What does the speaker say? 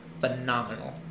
phenomenal